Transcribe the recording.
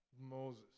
Moses